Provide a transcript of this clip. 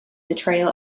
betrayal